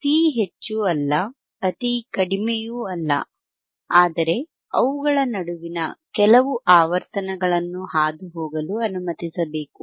ಅತೀ ಹೆಚ್ಚು ಅಲ್ಲ ಅತೀ ಕಡಿಮೆಯೂ ಅಲ್ಲ ಆದರೆ ಅವುಗಳ ನಡುವಿನ ಕೆಲವು ಆವರ್ತನಗಳನ್ನು ಹಾದುಹೋಗಲು ಅನುಮತಿಸಬೇಕು